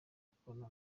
akora